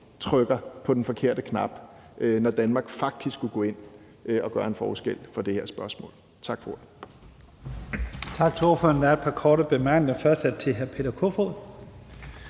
trykker på den forkerte knap, når Danmark faktisk kunne gå ind og gøre en forskel i det her spørgsmål. Tak for ordet.